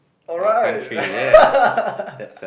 !wow! you're getting all serious with me